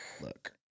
look